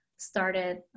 started